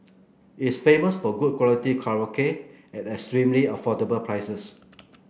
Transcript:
it's famous for good quality karaoke at extremely affordable prices